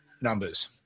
numbers